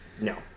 no